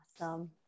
Awesome